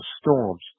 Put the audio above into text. storms